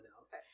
else